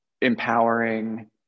empowering